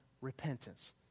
repentance